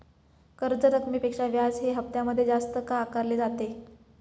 कर्ज रकमेपेक्षा व्याज हे हप्त्यामध्ये जास्त का आकारले आहे?